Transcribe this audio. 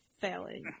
failing